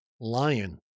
lion